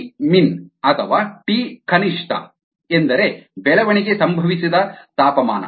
ಟಿಮಿನ್ ಅಥವಾ ಟಿ ಕನಿಷ್ಠ ಎಂದರೆ ಬೆಳವಣಿಗೆ ಸಂಭವಿಸದ ತಾಪಮಾನ